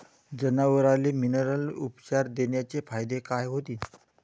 जनावराले मिनरल उपचार देण्याचे फायदे काय होतीन?